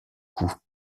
cou